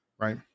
right